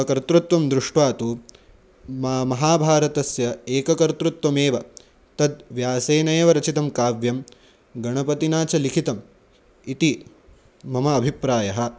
कर्तृत्वं दृष्ट्वा तु मम महाभारतस्य एककर्तृत्वमेव तद् व्यासेनैव रचितं काव्यं गणपतिना च लिखितम् इति मम अभिप्रायः